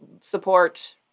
support